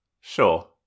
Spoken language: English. Sure